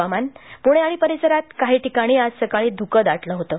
हवामान पुणे आणि परिसरांत काही ठिकाणी आज सकाळी धुकं दाटलं होतं